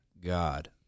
God